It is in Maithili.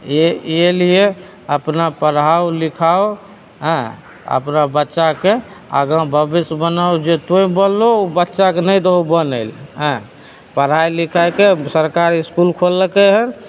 इहए लिए अपना पढ़ाउ लिखाउ एँ अपना बच्चाके आगाँ भबिष्य बनाउ जे तोँइ बनलो बच्चाके नहि दहो बनै लए एँ पढ़ाइ लिखाइके सरकार इसकूल खोललकै हन